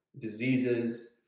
diseases